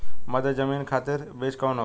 मध्य जमीन खातिर बीज कौन होखे?